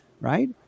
right